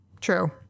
True